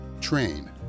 Train